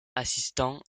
assistant